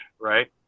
Right